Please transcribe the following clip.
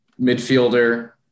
Midfielder